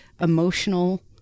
emotional